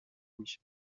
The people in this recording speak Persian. میشم